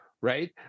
right